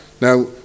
Now